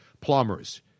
Plumbers